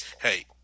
hey